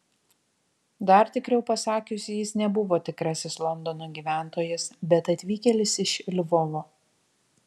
dar tikriau pasakius jis nebuvo tikrasis londono gyventojas bet atvykėlis iš lvovo